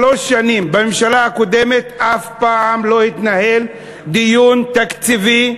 שלוש שנים בממשלה הקודמת אף פעם לא התנהל דיון תקציבי